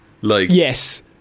Yes